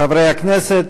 חברי הכנסת,